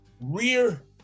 rear